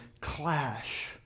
clash